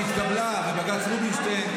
התקבלה בבג"ץ רובינשטיין,